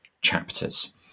chapters